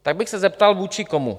Tak bych se zeptal, vůči komu?